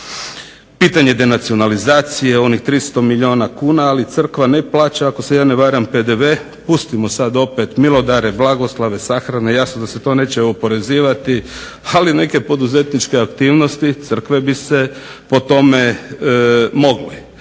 Pitanje denacionalizacije, onih 300 milijuna kuna, ali crkva ne plaća ako se ja ne varam PDV. Pustimo sad opet milodare, blagoslove, sahrane, jasno da se to neće oporezivati, ali neke poduzetničke aktivnosti crkve bi se po tome moglo.